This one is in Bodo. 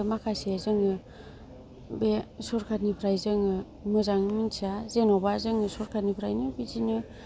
आरो माखासे जोङो बे सरखारनिफ्राय जोङो मोजाङै मोनथिया जेनोबा जोङो सरखारनिफ्रायनो बिदिनो